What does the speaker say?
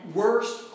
worst